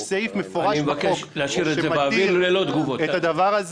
יש סעיף מפורש בחוק שמתיר את הדבר הזה,